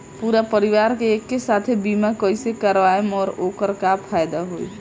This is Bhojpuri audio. पूरा परिवार के एके साथे बीमा कईसे करवाएम और ओकर का फायदा होई?